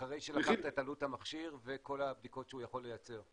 אחרי שלקחת את עלות המכשיר וכל הבדיקות שהוא יכול לייצר.